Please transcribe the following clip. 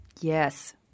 Yes